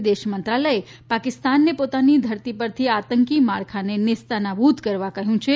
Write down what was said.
વિદેશ મંત્રાલયે પાકિસ્તાનને પોતાની ધરતી પરથી આતંકી માળખાને નેસ્તનાબૂદ કરવા કહ્યું છે